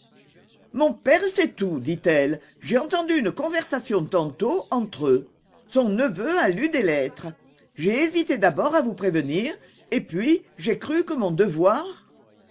mon père sait tout dit-elle j'ai entendu une conversation tantôt entre eux son neveu a lu des lettres j'ai hésité d'abord à vous prévenir et puis j'ai cru que mon devoir